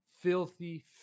filthy